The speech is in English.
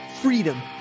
freedom